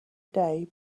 day